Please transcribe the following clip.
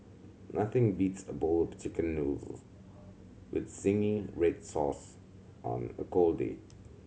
nothing beats a bowl of Chicken Noodle with zingy red sauce on a cold day